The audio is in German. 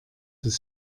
das